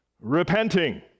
repenting